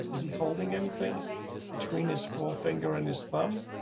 is he holding anything between his fourth finger and his thumb.